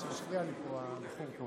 הוא אמר לי שיכור.